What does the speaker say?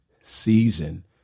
season